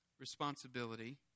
Responsibility